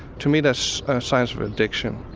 to me that's signs of addiction.